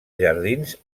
jardins